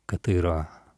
kad tai yra